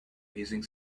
hissing